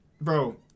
Bro